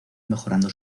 mejorando